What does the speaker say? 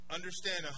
Understand